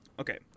okay